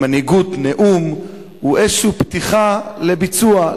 במנהיגות נאום הוא איזושהי פתיחה לביצוע,